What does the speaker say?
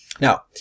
now